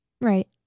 Right